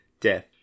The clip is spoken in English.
Death